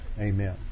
Amen